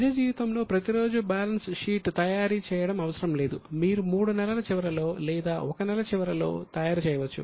నిజ జీవితంలో ప్రతిరోజూ బ్యాలెన్స్ షీట్ తయారు చేయడం అవసరం లేదు మీరు 3 నెలల చివరిలో లేదా 1 నెల చివరిలో తయారు చేయవచ్చు